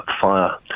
fire